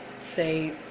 say